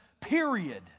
period